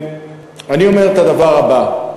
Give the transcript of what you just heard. אני אומר את הדבר הבא: